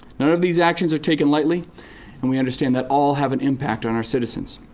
none of these actions are taken lightly and we understand that all have an impact on our citizens.